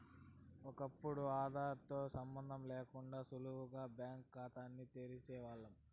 ఒకప్పుడు ఆదార్ తో సంబందం లేకుండా సులువుగా బ్యాంకు కాతాల్ని తెరిసేవాల్లం